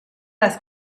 las